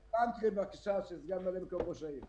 אלי לנקרי, סגן ממלא מקום ראש העיר.